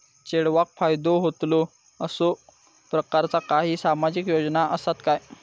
चेडवाक फायदो होतलो असो प्रकारचा काही सामाजिक योजना असात काय?